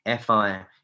fi